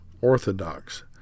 orthodox